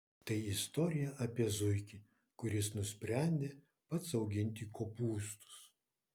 tai istorija apie zuikį kuris nusprendė pats auginti kopūstus